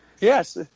Yes